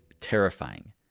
terrifying